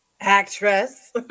actress